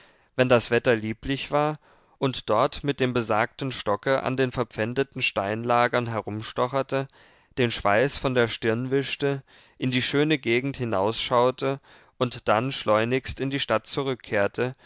wenn das wetter lieblich war und dort mit dem besagten stocke an den verpfändeten steinlagern herumstocherte den schweiß von der stirn wischte in die schöne gegend hinausschaute und dann schleunigst in die stadt zurückkehrte